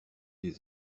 des